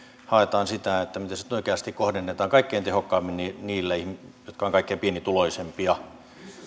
haetaan sitä miten se oikeasti kohdennetaan kaikkein tehokkaimmin niille niille jotka ovat kaikkein pienituloisimpia